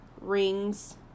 rings